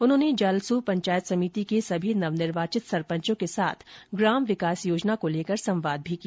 उन्होंने जालसू पंचायत समिति के सभी नवनिर्वाचित सरपंचों के साथ ग्राम विकास योजना को लेकर संवाद भी किया